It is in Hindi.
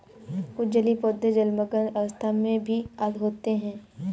कुछ जलीय पौधे जलमग्न अवस्था में भी होते हैं